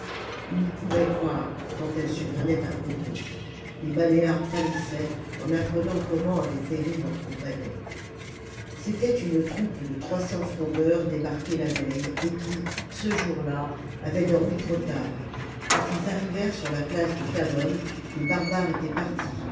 il n'y pouvait croire tant elles survenaient à propos les baléares pâlissaient en apprenant comment avaient péri leurs compagnons j c'était une troupe de trois cents frondeurs débarqués la veille et qui ce jour-là avaient dormi trop tard quand ils arrivèrent sur la place de khamon les barbares étaient partis